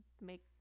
make